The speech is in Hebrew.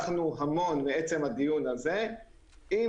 מעצם הדיון הזה הרווחנו הרבה,